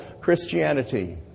Christianity